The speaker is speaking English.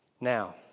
Now